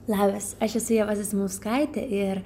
labas aš esu ieva zasimauskaitė ir